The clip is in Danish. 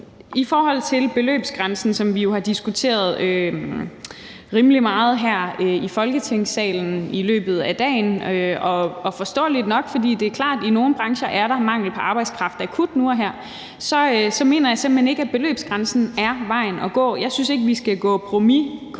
I forhold til beløbsgrænsen, som vi jo har diskuteret rimelig meget her i Folketingssalen i løbet af dagen – og forståeligt nok, fordi det er klart, at der nu og her i nogle brancher er akut mangel på arbejdskraft – så mener jeg simpelt hen ikke, at beløbsgrænsen er vejen at gå. Jeg synes ikke, vi på nogen